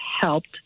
helped